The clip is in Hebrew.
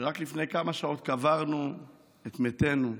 כשרק לפני כמה שעות קברנו את מתנו,